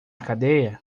cadeia